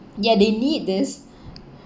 ya they need this